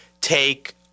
take